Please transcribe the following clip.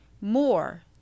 more